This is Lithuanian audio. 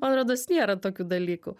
man rodos nėra tokių dalykų